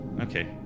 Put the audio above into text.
Okay